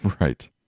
Right